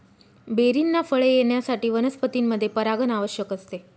बेरींना फळे येण्यासाठी वनस्पतींमध्ये परागण आवश्यक असते